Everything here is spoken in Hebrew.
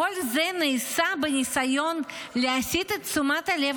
כל זה נעשה בניסיון להסיט את תשומת הלב